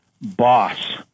boss